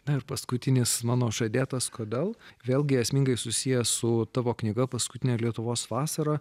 na ir paskutinis mano žadėtas kodėl vėlgi esmingai susijęs su tavo knyga paskutinė lietuvos vasara